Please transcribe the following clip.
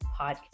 podcast